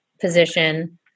position